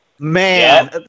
Man